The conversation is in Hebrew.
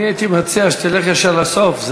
אני הייתי מציע שתלך ישר לסוף.